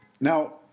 Now